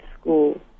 school